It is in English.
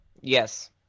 Yes